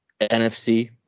NFC